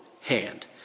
hand